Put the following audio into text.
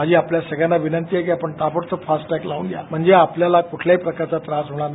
माझी आपल्याला सर्वांना विनंती आहे की आपण ताबडतोब फाॅटेंग लावू या म्हणजे आपल्याता कुठल्याही प्रकारचा त्रास होणार नाही